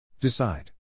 Decide